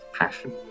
passion